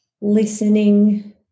listening